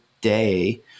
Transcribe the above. day